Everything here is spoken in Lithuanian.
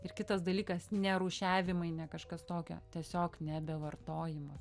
ir kitas dalykas ne rūšiavimai ne kažkas tokio tiesiog nebevartojimas